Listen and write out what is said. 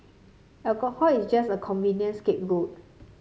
alcohol is just a convenient scapegoat